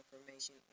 information